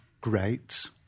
great